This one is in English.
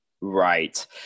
Right